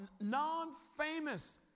non-famous